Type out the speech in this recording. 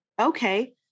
Okay